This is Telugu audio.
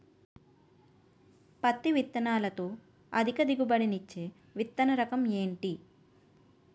పత్తి విత్తనాలతో అధిక దిగుబడి నిచ్చే విత్తన రకం ఏంటి?